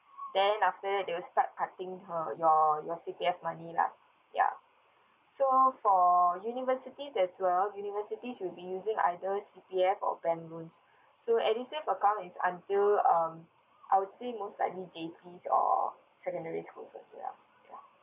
then after that they will cutting her your your C_P_F money lah ya so for university as well university will be using either C_P_F or bank loans so edusave account is until um I'd say most likely J_C or secondary schools only lah ya